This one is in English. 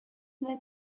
they